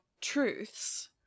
truths